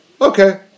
okay